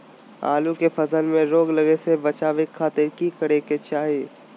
आलू के फसल में रोग लगे से बचावे खातिर की करे के चाही?